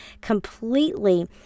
completely